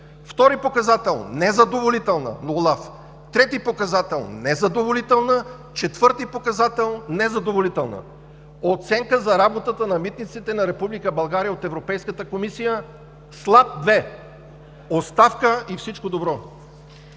втори показател – незадоволителна оценка на ОЛАФ; трети показател – незадоволителна; четвърти показател – незадоволителна. Оценка за работата на „Митници“ на Република България от Европейската комисия: слаб 2! Оставка и всичко добро!